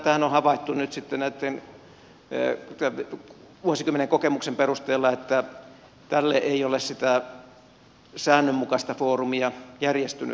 tämähän on havaittu nyt sitten vuosikymmenen kokemuksen perusteella että tälle ei ole sitä säännönmukaista foorumia järjestynyt